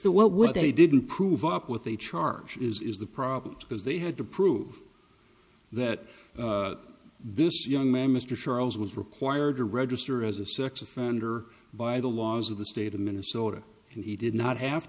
to what would they didn't prove up with the charge is the problem because they had to prove that this young man mr charles was required to register as a sex offender by the laws of the state of minnesota and he did not have